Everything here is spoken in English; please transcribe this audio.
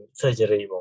surgery